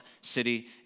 city